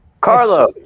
Carlo